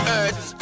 earth